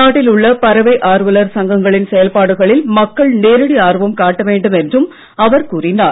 நாட்டில் உள்ள பறவை ஆர்வலர் சங்கங்களின் செயல்பாடுகளில் மக்கள் நேரடி ஆர்வம் காட்ட வேண்டும் என்றும் அவர் கூறினார்